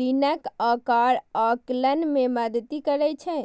ऋणक आकार आकलन मे मदति करै छै